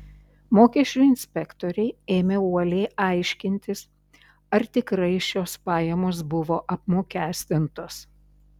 mokesčių inspektoriai ėmė uoliai aiškintis ar tikrai šios pajamos buvo apmokestintos